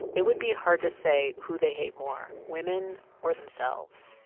it would be hard to say who they hate more women or themselves.